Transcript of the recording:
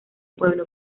pueblo